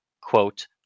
quote